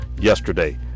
yesterday